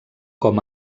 com